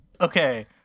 Okay